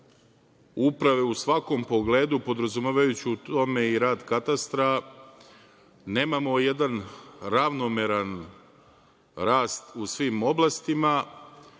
uprave u svakom pogledu podrazumevajući u tome i rad katastra nemamo jedan ravnomeran rast u svim oblastima,